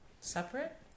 separate